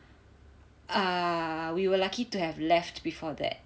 err we were lucky to have left before that